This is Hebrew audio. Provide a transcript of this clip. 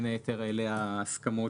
אלו ההסכמות